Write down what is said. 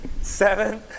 seven